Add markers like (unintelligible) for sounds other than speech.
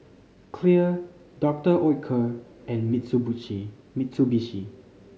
clear Doctor Oetker and (unintelligible) Mitsubishi